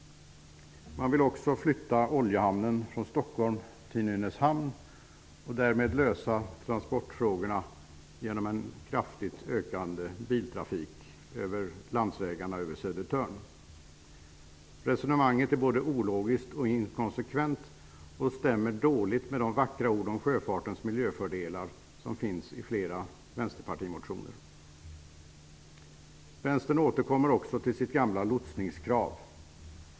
Man vill också flytta oljehamnen från Stockholm till Nynäshamn och lösa transportfrågan med en ökande biltrafik på landsvägarna över Södertörn. Resonemanget är både ologiskt och inkonsekvent och stämmer dåligt med de vackra orden om sjöfartens miljöfördelar som finns i flera motioner från Vänsterpartiet. Vänstern återkommer också till sitt gamla lotsningskrav.